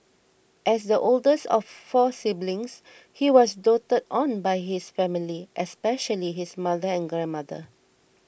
as the oldest of four siblings he was doted on by his family especially his mother and grandmother